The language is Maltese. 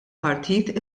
partit